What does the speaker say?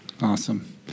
Awesome